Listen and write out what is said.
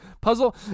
puzzle